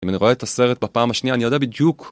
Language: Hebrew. אם אני רואה את הסרט בפעם השנייה אני יודע בדיוק